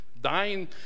dying